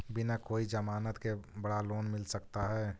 बिना कोई जमानत के बड़ा लोन मिल सकता है?